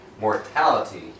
mortality